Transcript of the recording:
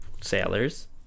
sailors